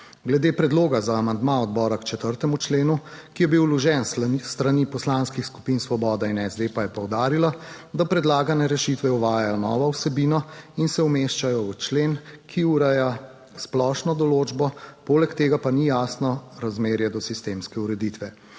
Glede predloga za amandma odbora k 4. členu, ki je bil vložen s strani poslanskih skupin Svoboda in SD pa je poudarila, da predlagane rešitve uvajajo novo vsebino in se umeščajo v člen, ki ureja splošno določbo, poleg tega pa ni jasno razmerje do sistemske ureditve.